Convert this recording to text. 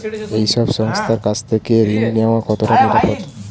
এই সব সংস্থার কাছ থেকে ঋণ নেওয়া কতটা নিরাপদ?